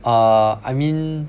err I mean